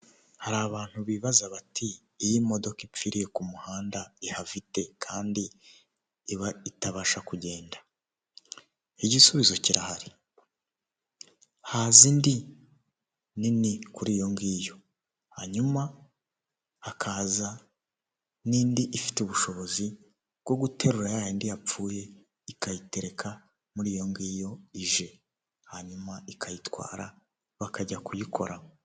Hari abantu bibaza bati iyi modoka ipfiriye ku muhanda ihava ite kandi iba itabasha kugenda, igisubizo kirahari, haza indi nini kuri iyo ngiyo hanyuma hakaza n'indi ifite ubushobozi bwo guterura ya yindi yapfuye ikayitereka muri iyo ngiyo ije hanyuma ikayitwara bakajya kuyikora.